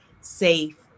safe